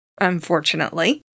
unfortunately